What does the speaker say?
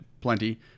plenty